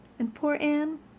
and poor anne,